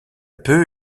peu